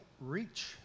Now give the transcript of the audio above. reach